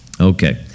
Okay